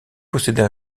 possédait